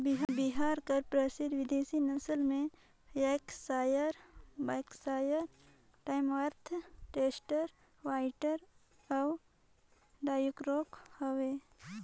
बरहा कर परसिद्ध बिदेसी नसल में Yorkshire, Berkshire, Tamworth, Chester White अउ ड्यूरॉक हवे